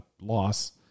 loss